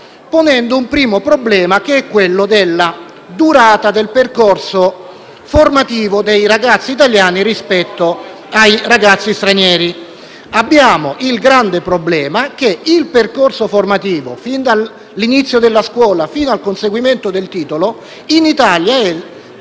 ponendo un primo problema che attiene alla durata del percorso formativo dei ragazzi italiani e di quello dei ragazzi stranieri. Abbiamo il grande problema che in Italia il percorso formativo, dall'inizio della scuola fino al conseguito del titolo, è